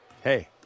hey